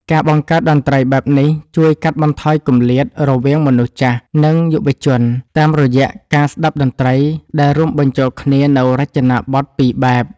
ការបង្កើតតន្ត្រីបែបនេះជួយកាត់បន្ថយគម្លាតរវាងមនុស្សចាស់ និងយុវជន តាមរយៈការស្ដាប់តន្ត្រីដែលរួមបញ្ចូលគ្នានូវរចនាបថពីរបែប។